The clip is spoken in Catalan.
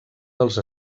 dels